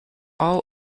all